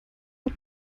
hat